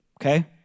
Okay